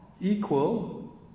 equal